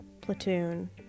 Platoon